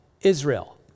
Israel